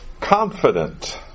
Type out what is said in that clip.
confident